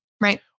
Right